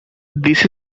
this